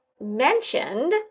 mentioned